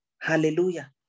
hallelujah